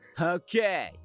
okay